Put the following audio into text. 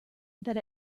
that